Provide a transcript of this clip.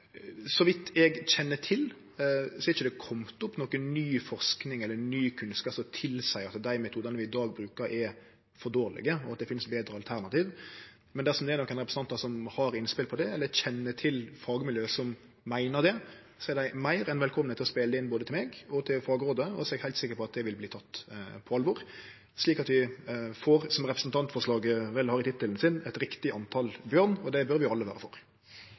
ikkje kome opp noka ny forsking eller ny kunnskap som tilseier at dei metodane vi i dag brukar, er for dårlege, og at det finst betre alternativ. Men dersom det er representantar som har innspel på det, eller kjenner til fagmiljø som meiner det, er dei meir enn velkomne til å spele det inn, både til meg og til fagrådet. Eg er heilt sikker på at ein vil ta det på alvor, slik at vi får, som representantforslaget vel har i tittelen sin, eit «riktig antall bjørn». Det bør vi alle vere for.